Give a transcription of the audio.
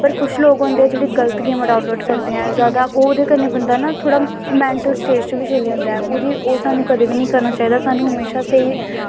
पर कुछ लोग होंदे जेह्ड़े गल्त गेम डाउनलोड़ करदे न जैदा ओह्दे कन्नै ना बंदा थोह्ड़ा मैंटल स्टेज़ च बी चली जंदा ऐ ओह्दी ओह् सानूं कदैं बी निं करना चाहिदा ऐ सानूं म्हैशा स्हेई